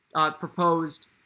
proposed